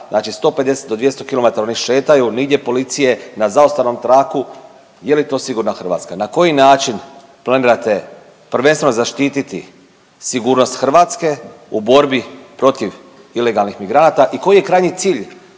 znači 150 do 200 km oni šetaju, nigdje policije, na zaustavnom traku. Je li to sigurna Hrvatska? Na koji način planirate prvenstveno zaštiti sigurnost Hrvatske u borbi protiv ilegalnih migranata i koji je krajnji cilj